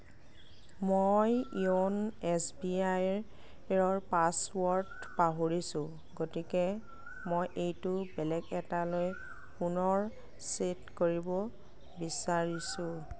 মই য়োনো S B আইৰ ৰ পাছৱৰ্ড পাহৰিছোঁ গতিকে মই এইটো বেলেগ এটালৈ পুনৰ ছেট কৰিব বিচাৰিছোঁ